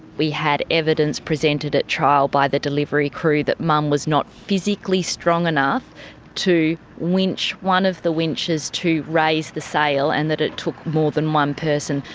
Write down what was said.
we had evidence presented at trial by the delivery crew that mum was not physically strong enough to winch one of the winches to raise the sail and that it took more than one person.